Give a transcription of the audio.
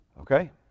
okay